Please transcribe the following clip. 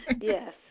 Yes